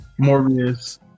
morbius